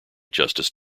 justice